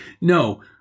No